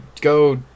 go